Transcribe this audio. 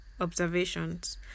observations